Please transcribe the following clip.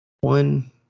One